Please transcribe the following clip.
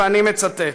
ואני מצטט: